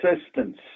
assistance